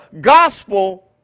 gospel